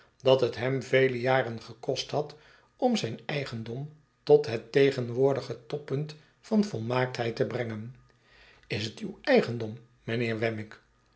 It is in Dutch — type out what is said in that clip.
dat het hem vele jaren gekost had om zijn eigendom tot het tegenwoordige toppunt van volmaaktheid te brengen is het uw eigendom mijnheer wemmick